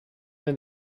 been